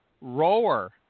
Rower